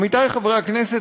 עמיתי חברי הכנסת,